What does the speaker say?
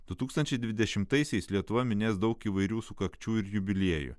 du tūkstančiai dvidešimtaisiais lietuva minės daug įvairių sukakčių ir jubiliejų